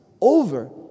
over